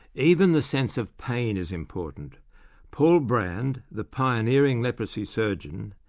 even the sense of pain is important paul brand, the pioneering leprosy surgeon,